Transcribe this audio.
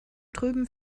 trüben